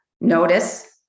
notice